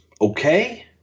okay